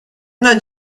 not